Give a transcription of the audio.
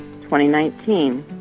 2019